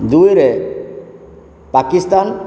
ଦୁଇରେ ପାକିସ୍ତାନ